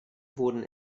wurden